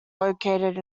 located